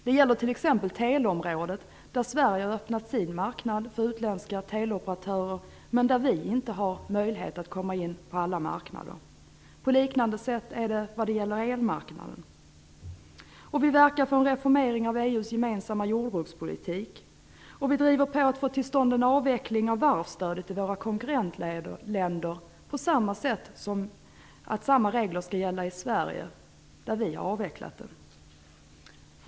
Det gäller t.ex. teleområdet, där Sverige har öppnat sin marknad för utländska teleoperatörer, men där vi inte har möjlighet att komma in på alla marknader. På liknande sätt är det vad gäller elmarknaden. Vidare verkar vi för en reformering av EU:s gemensamma jordbrukspolitik. Vi driver på för att få till stånd en avveckling av varvsstödet till våra konkurrentländer för att samma regler skall gälla som i Sverige, där vi har avvecklat varvsstödet.